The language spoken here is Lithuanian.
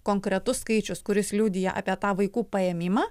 konkretus skaičius kuris liudija apie tą vaikų paėmimą